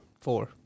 Four